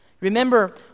Remember